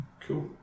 Cool